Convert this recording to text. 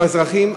אזרחים,